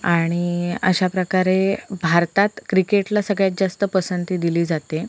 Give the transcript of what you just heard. आणि अशा प्रकारे भारतात क्रिकेटला सगळ्यात जास्त पसंती दिली जाते